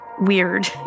weird